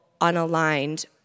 unaligned